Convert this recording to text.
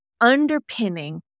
underpinning